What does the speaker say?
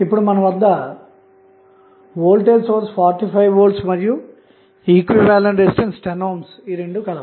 ఇప్పుడు మన వద్ద వోల్టేజ్ సోర్స్ 45 V మరియు ఈక్వివలెంట్ రెసిస్టెన్స్ 10 ohms కలవు